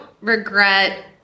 regret